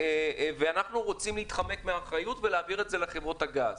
ואנחנו רוצים להתחמק מאחריות ולהעביר את זה לחברות הגז.